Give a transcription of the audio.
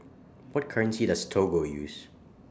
What currency Does Togo use